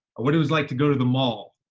what it was like to go to the mall.